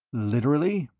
literally?